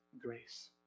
grace